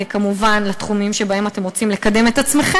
כמובן לתחומים שבהם אתם רוצים לקדם את עצמכם.